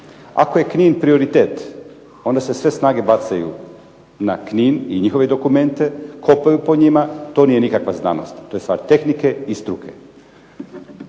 Ako je Knin prioritet onda se sve snage bacaju na Knin i njihove dokumente. Tko prvi po njima, to nije nikakva znanost. To je stvar tehnike i struke.